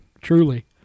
Truly